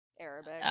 arabic